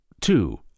Two